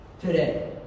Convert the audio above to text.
today